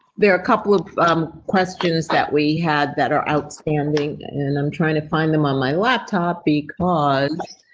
there are a couple of questions that we had that are outstanding and i'm trying to find them on my laptop because.